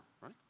right